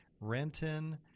Renton